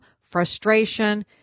frustration